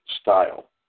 style